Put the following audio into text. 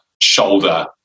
shoulder